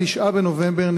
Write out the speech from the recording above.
9 בנובמבר,